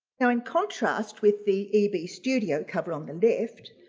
now in contrast, with the e b studio cover on the left.